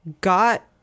Got